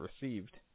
received